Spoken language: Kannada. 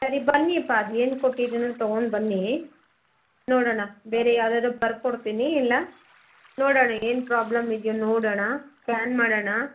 ಸರಿ ಬನ್ನಿಯಪ್ಪಾ ಅದೇನು ಕೊಟ್ಟಿದ್ದೀನೋ ತಗೊಂಡು ಬನ್ನಿ ನೋಡೋಣ ಬೇರೆ ಯಾವ್ದಾದ್ರೂ ಬರ್ಕೊಡ್ತೀನಿ ಇಲ್ಲ ನೋಡೋಣ ಏನು ಪ್ರೊಬ್ಲೆಮ್ ಇದೆಯೋ ನೋಡೋಣ ಸ್ಕ್ಯಾನ್ ಮಾಡೋಣ